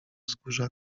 wzgórza